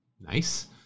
Nice